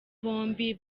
bombi